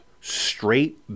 straight